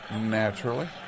naturally